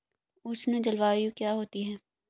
उष्ण जलवायु क्या होती है?